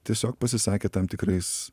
tiesiog pasisakė tam tikrais